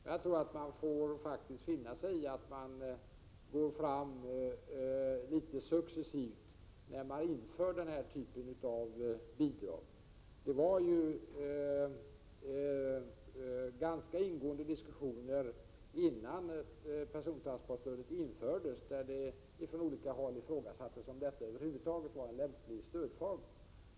Jag tror att man faktiskt får finna sig i att vi går fram litet successivt när vi inför den här typen av bidrag. Det fördes ju ganska ingående diskussioner innan persontransportstödet infördes, och det ifrågasattes från olika håll om det över huvud taget var en lämplig stödform.